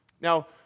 Now